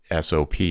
SOP